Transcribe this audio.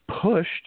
pushed